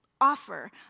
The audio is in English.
offer